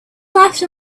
laughed